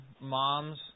moms